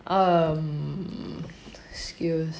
um skills